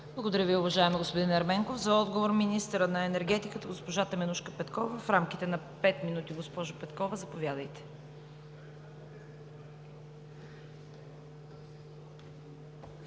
Благодаря Ви, уважаеми господин Ерменков. За отговор – министъра на енергетиката госпожа Теменужка Петкова. В рамките на 5 минути, госпожо Петкова, заповядайте.